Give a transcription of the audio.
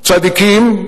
צדיקים,